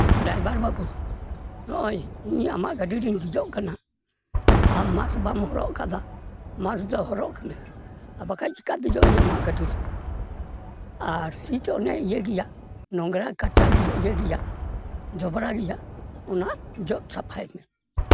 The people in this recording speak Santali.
ᱰᱟᱭᱵᱷᱟᱨ ᱵᱟᱹᱵᱩ ᱱᱚᱜᱼᱚᱸᱭ ᱤᱧ ᱟᱢᱟᱜ ᱜᱟᱹᱰᱤᱨᱤᱧ ᱫᱮᱡᱚᱜ ᱠᱟᱱᱟ ᱟᱢ ᱢᱟᱨᱠᱥ ᱵᱟᱢ ᱦᱚᱨᱚᱜ ᱠᱟᱫᱟ ᱟᱢ ᱢᱟᱨᱠᱥ ᱫᱚ ᱦᱚᱨᱚᱜ ᱢᱮ ᱵᱟᱠᱟᱡ ᱪᱤᱠᱟ ᱫᱮᱡᱚᱜ ᱟᱹᱧ ᱟᱢᱟᱜ ᱜᱟᱹᱰᱤ ᱨᱮᱫᱚ ᱟᱨ ᱥᱤᱴ ᱚᱱᱮ ᱤᱭᱟᱹ ᱜᱮᱭᱟ ᱱᱳᱝᱨᱟ ᱠᱟᱪᱟ ᱤᱭᱟᱹ ᱜᱮᱭᱟ ᱡᱚᱵᱽᱨᱟ ᱜᱮᱭᱟ ᱚᱱᱟ ᱡᱚᱜ ᱥᱟᱯᱷᱟᱭᱢᱮ